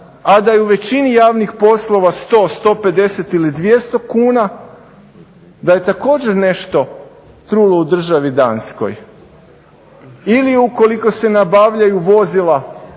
a da je u većini javnih poslova 100,150 ili 200 kuna, da je također "Nešto trulo u državi Danskoj" ili ukoliko se nabavljaju vozila